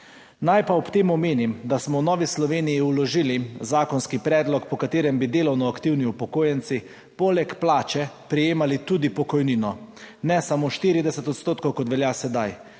Naj pa ob tem omenim, da smo v Novi Sloveniji vložili zakonski predlog, po katerem bi delovno aktivni upokojenci poleg plače prejemali tudi pokojnino, ne samo 40 odstotkov, kot velja sedaj.